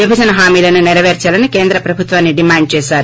విభజన హామీలను నెరవేర్చాలని కేంద్ర ప్రభుత్వాన్ని డిమాండ్ చేశారు